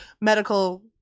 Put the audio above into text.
medical